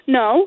no